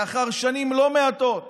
לאחר שנים לא מעטות